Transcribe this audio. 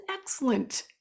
excellent